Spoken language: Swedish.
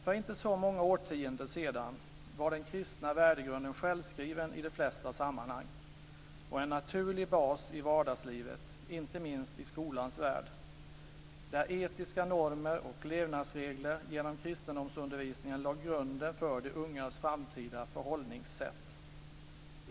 För inte så många årtionden sedan var den kristna värdegrunden självskriven i de flesta sammanhang och en naturlig bas i vardagslivet, inte minst i skolans värld. Etiska normer och levnadsregler genom kristendomsundervisningen lade grunden för de ungas framtida förhållningssätt.